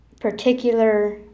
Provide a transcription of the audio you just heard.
particular